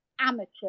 amateur